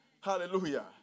Hallelujah